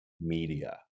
media